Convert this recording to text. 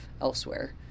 elsewhere